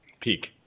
peak